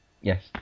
Yes